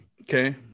Okay